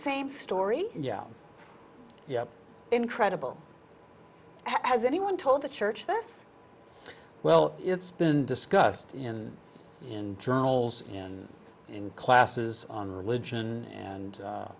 same story yeah incredible as anyone told the church this well it's been discussed in in journals and in classes on religion and